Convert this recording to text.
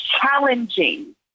challenging